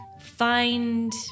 find